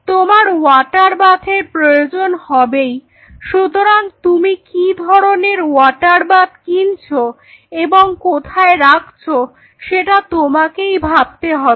তোমার ওয়াটার বাথের প্রয়োজন হবেই সুতরাং তুমি কি ধরনের ওয়াটার বাথ কিনছো এবং কোথায় রাখছো সেটা তোমাকেই ভাবতে হবে